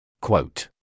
Quote